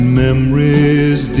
memories